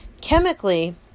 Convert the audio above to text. Chemically